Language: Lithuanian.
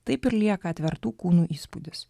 taip ir lieka atvertų kūnų įspūdis